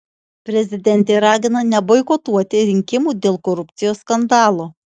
prezidentė ragina neboikotuoti rinkimų dėl korupcijos skandalo